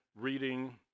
reading